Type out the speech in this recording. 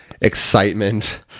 excitement